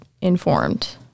informed